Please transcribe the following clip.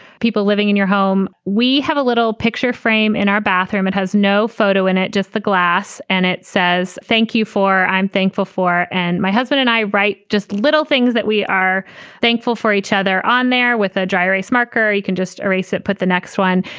people living in your home. we have a little picture frame in our bathroom. it has no photo in it, just the glass. and it says, thank you for. i'm thankful for. and my husband and i write just little things that we are thankful for each other on there with a dry erase marker. you can just reset. put the next one.